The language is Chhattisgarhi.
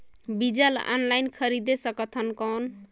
बीजा ला ऑनलाइन खरीदे सकथव कौन?